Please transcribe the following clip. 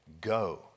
go